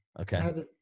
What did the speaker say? okay